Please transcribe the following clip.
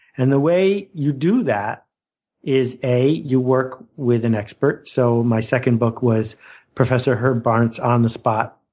and the way you do that is a, you work with an expert. so my second book was professor herb barnes's on the spot,